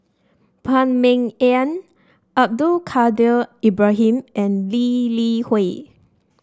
Phan Ming Yen Abdul Kadir Ibrahim and Lee Li Hui